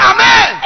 Amen